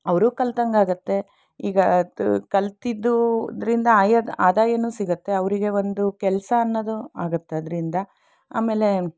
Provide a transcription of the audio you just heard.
ಅವರೂ ಕಲ್ತಂಗೆ ಆಗತ್ತೆ ಈಗ ತ್ ಕಲಿತಿದ್ದೂ ದ್ರಿಂದ ಆಯಾದ್ ಆದಾಯನೂ ಸಿಗತ್ತೆ ಅವರಿಗೆ ಒಂದು ಕೆಲಸ ಅನ್ನೋದು ಆಗತ್ತದ್ರಿಂದ ಆಮೇಲೆ